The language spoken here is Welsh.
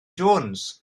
jones